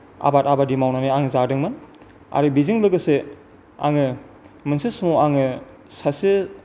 आबाद बेबायदि मावनानै आं जादोंमोन आरो बेजों लोगोसे आङो मोनसे समाव आङो सासे